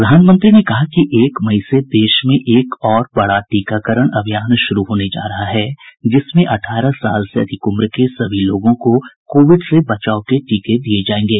प्रधानमंत्री ने कहा कि एक मई से देश में एक और बड़ा टीकाकरण अभियान शुरू होने जा रहा है जिसमें अठारह वर्ष से अधिक उम्र के सभी लोगों को कोविड से बचाव के टीके दिये जायेंगे